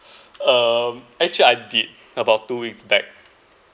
um actually I did about two weeks back